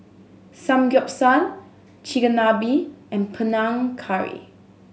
Samgyeopsal Chigenabe and Panang Curry